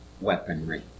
weaponry